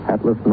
Atlas